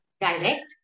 direct